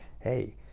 hey